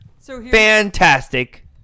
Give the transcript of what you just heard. Fantastic